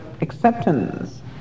acceptance